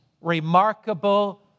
remarkable